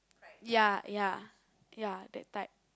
ya ya ya that type